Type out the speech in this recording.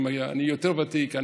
אני יותר ותיק,